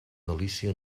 delícia